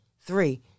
Three